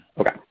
Okay